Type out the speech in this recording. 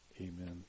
Amen